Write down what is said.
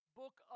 book